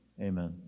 Amen